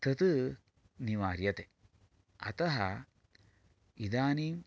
तत् निवार्यते अतः इदानीं